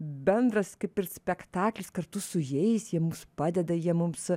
bendras kaip ir spektaklis kartu su jais jie mums padeda jie mums